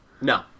No